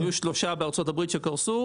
היו בארצות הברית שלושה שקרסו.